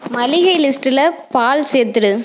மளிகை லிஸ்ட்டில் பால் சேர்த்துவிடு